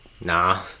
nah